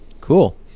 Cool